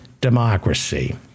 democracy